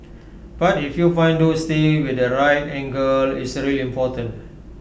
but if you find those things with the right angle it's really important